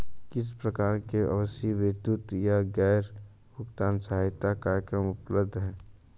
किस प्रकार के आवासीय विद्युत या गैस भुगतान सहायता कार्यक्रम उपलब्ध हैं?